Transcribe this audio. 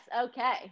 Okay